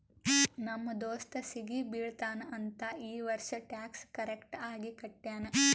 ನಮ್ ದೋಸ್ತ ಸಿಗಿ ಬೀಳ್ತಾನ್ ಅಂತ್ ಈ ವರ್ಷ ಟ್ಯಾಕ್ಸ್ ಕರೆಕ್ಟ್ ಆಗಿ ಕಟ್ಯಾನ್